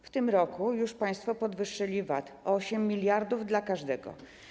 W tym roku już państwo podwyższyli VAT, o 8 mld zł, dla każdego.